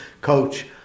Coach